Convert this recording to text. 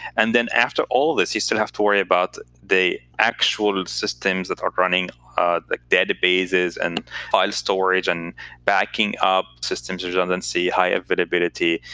and then after all this, you still have to worry about the actual systems that are running the databases and file storage, and backing up systems redundancy, high availability.